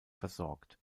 versorgt